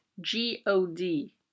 G-O-D